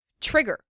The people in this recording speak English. trigger